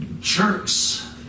jerks